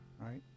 right